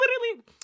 literally-